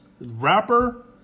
Rapper